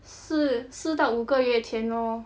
四四到五个月前 lor